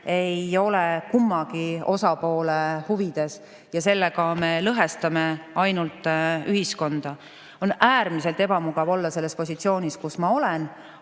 ei ole kummagi osapoole huvides ja sellega me ainult lõhestame ühiskonda. On äärmiselt ebamugav olla selles positsioonis, kus ma olen,